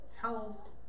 tell